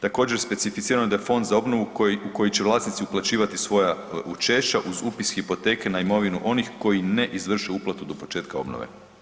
Također specificirano je da je Fond za obnovu u koji će vlasnici uplaćivati svoja učešća uz upis hipoteke na imovinu onih koji ne izvrše uplatu do početka obnove.